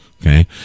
okay